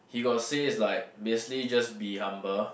he got say it's like basically just be humble